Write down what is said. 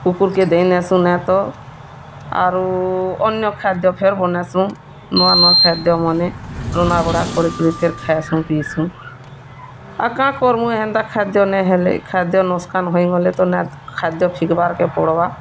କୁକୁର୍କେ ଦେଇଦେସୁଁ ଭାତ ଆରୁ ଅନ୍ୟ ଖାଦ୍ୟ ଫିର୍ ବନାସୁଁ ନୂଆ ନୂଆ ଖାଦ୍ୟ ବନେଇକରି ରନ୍ଧା ବଢ଼ା କରି କିରି ଖାଏସୁଁ ପିଇଁସୁଁ ଆର୍ କାଁ କର୍ମୁଁ ଏନ୍ତା ଖାଦ୍ୟ ନାଇ ହେଲେ ଖାଦ୍ୟ ନଷ୍ଟ ହେଇଗଲେ ତ ନା ଖାଦ୍ୟ ଫିଙ୍ଗ୍ବାର୍କେ ପଡ଼ବା